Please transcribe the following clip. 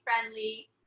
friendly